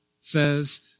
says